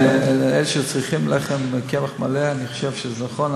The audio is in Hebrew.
אלה שצריכים לחם מקמח מלא, אני חושב שזה נכון.